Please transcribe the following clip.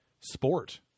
sport